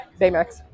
baymax